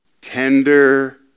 tender